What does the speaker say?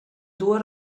dues